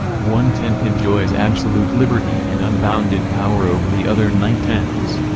one-tenth enjoys absolute liberty and unbounded power over the other nine-tenths.